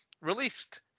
Released